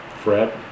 Fred